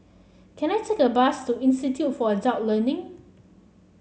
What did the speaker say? can I take a bus to Institute for Adult Learning